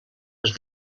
les